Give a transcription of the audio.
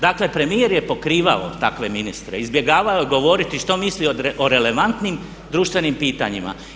Dakle premijer je pokrivao takve ministre, izbjegavao je odgovoriti što misli o relevantnim društvenim pitanjima.